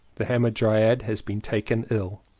the hamadryad has been taken ill.